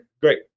great